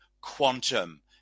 quantum